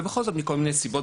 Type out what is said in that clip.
ובכל זאת מכל מיני סיבות,